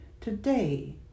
Today